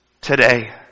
today